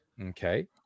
Okay